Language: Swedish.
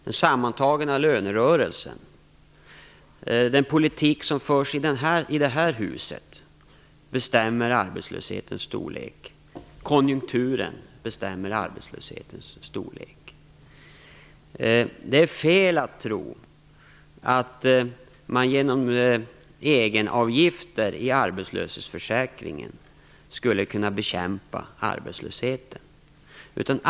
Den sammantagna lönerörelsen, den politik som vi för i det här huset och även konjunkturen bestämmer arbetslöshetens storlek. Det är fel att tro att man genom egenavgifter i arbetslöshetsförsäkringen skulle kunna bekämpa arbetslösheten.